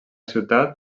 ciutat